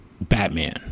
Batman